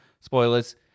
Spoilers